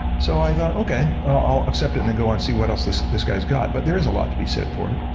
so, i thought, okay, i'll accept it and then go on see what else this this guy's got. but there is a lot to be said for it.